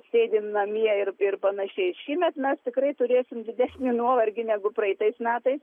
sėdim namie ir panašiai šįmet mes tikrai turėsim didesnį nuovargį negu praeitais metais